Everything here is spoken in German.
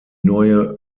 neue